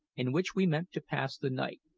in which we meant to pass the night.